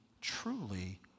truly